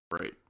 Right